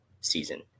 season